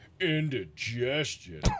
indigestion